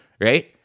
right